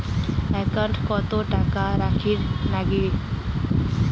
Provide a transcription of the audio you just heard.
একাউন্টত কত টাকা রাখীর নাগে?